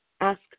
ask